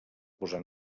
posar